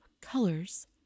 colors